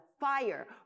fire